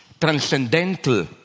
transcendental